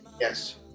yes